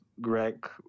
Greg